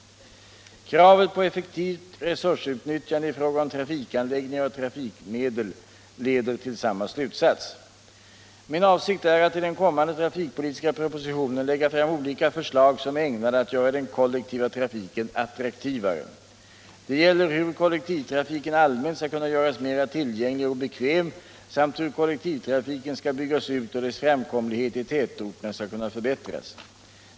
Kravet på effektivt resursutnyttjande i fråga om trafikanläggningar och trafikmedel leder till samma slutsats. Min avsikt är att i den kommande trafikpolitiska propositionen lägga fram olika förslag som är ägnade att göra den kollektiva trafiken attraktivare. Det gäller hur kollektivtrafiken allmänt skall byggas ut och dess framkomlighet i tätorterna skall kunna förbättras.